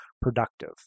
productive